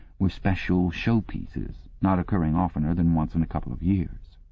were special show-pieces not occurring oftener than once in a couple of years.